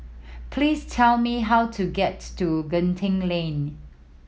please tell me how to gets to Genting Lane